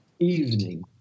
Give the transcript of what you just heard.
Evening